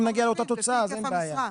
אם נגיע לאותה תוצאה אז אין בעיה.